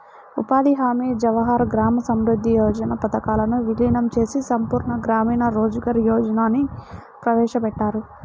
ఉపాధి హామీ, జవహర్ గ్రామ సమృద్ధి యోజన పథకాలను వీలీనం చేసి సంపూర్ణ గ్రామీణ రోజ్గార్ యోజనని ప్రవేశపెట్టారు